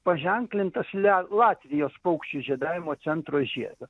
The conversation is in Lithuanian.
paženklintas le latvijos paukščių žiedavimo centro žiedu